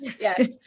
yes